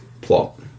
plot